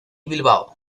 bilbao